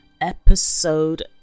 Episode